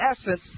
essence